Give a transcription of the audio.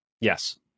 Yes